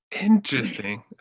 interesting